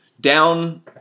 down